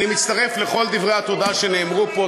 אני מצטרף לכל דברי התודה שנאמרו פה.